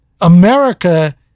america